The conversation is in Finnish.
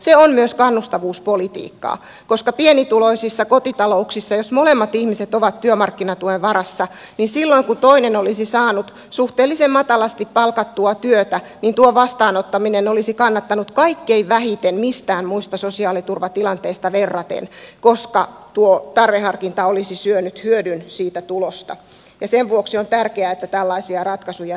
se on myös kannustavuuspolitiikkaa koska jos pienituloisessa kotitaloudessa molemmat ihmiset ovat työmarkkinatuen varassa niin silloin kun toinen olisi saanut suhteellisen matalasti palkattua työtä työn vastaanottaminen olisi kannattanut kaikkein vähiten verraten muihin sosiaaliturvatilanteisiin koska tarveharkinta olisi syönyt hyödyn siitä tulosta ja sen vuoksi on tärkeää että tällaisia ratkaisuja tehdään